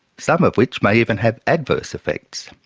some of which may even have adverse effects.